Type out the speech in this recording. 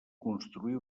construir